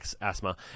asthma